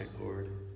Lord